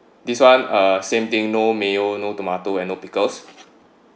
this one uh same thing no mayo no tomato and no pickles